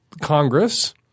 Congress